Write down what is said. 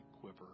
quiver